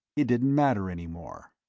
it didn't matter any more.